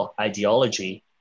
ideology